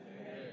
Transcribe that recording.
Amen